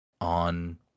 on